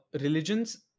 religions